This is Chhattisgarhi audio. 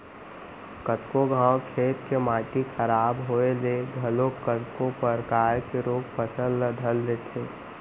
कतको घांव खेत के माटी खराब होय ले घलोक कतको परकार के रोग फसल ल धर लेथे